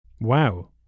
Wow